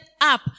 up